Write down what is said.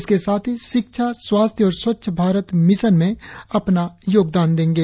इसके साथ ही शिक्षा स्वास्थ्य और स्वच्छ भारत मिशन में अपना योगदान देंगे